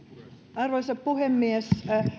arvoisa puhemies